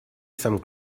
some